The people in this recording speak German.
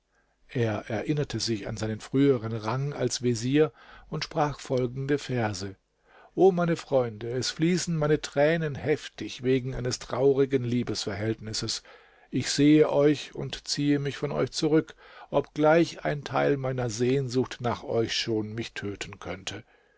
er erinnerte sich an seinen früheren rang als vezier und sprach folgende verse o meine freunde es fließen meine tränen heftig wegen eines traurigen liebesverhältnisses ich sehe euch und ziehe mich von euch zurück obgleich ein teil meiner sehnsucht nach euch schon mich töten könnte